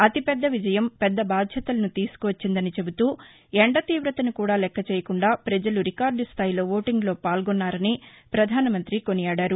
అతిపెద్ద విజయం పెద్ద బాధ్యతలను తీసుకువచ్చిందని చెబుతూ ఎండతీవతను కూడా లెక్క చేయకుండా ప్రజలు రికార్డు స్దాయిలో ఓటీంగ్లో పాల్గొన్నారని ప్రపధాన మంత్రి కొనియాడారు